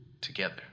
together